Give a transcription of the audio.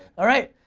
alright,